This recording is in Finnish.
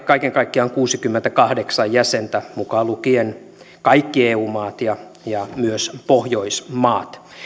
kaiken kaikkiaan kuusikymmentäkahdeksan jäsentä mukaan lukien kaikki eu maat ja ja myös pohjoismaat